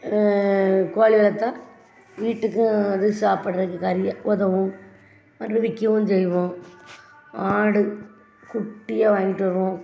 கோழி வளர்த்தா வீட்டுக்கும் அது சாப்பிட்றதுக்கு கறி உதவும் விற்கவும் செய்வோம் ஆடு குட்டியாக வாங்கிட்டு வருவோம்